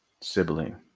sibling